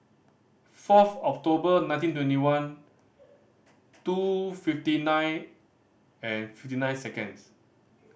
fourth October nineteen twenty one two fifty nine and fifty nine seconds